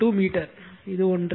002 metre இது ஒன்று